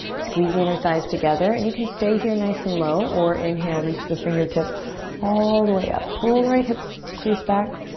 squeeze the inner thighs together. and you can stay here nice and low or inhale, reach the fingertips all the way up. pull the right hip crease back.